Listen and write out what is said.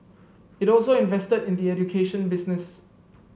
it also invested in the education business